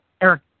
Eric